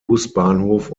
busbahnhof